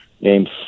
named